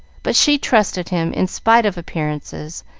but she trusted him in spite of appearances,